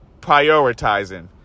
prioritizing